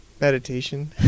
Meditation